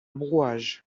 brouage